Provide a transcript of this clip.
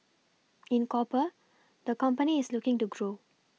in copper the company is looking to grow